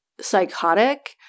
psychotic